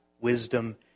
Wisdom